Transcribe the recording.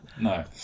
no